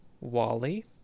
Wally